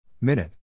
Minute